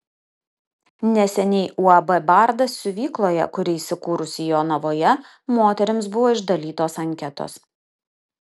neseniai uab bardas siuvykloje kuri įsikūrusi jonavoje moterims buvo išdalytos anketos